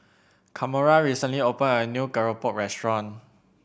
Kamora recently opened a new Keropok restaurant